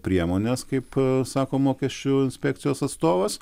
priemones kaip sako mokesčių inspekcijos atstovas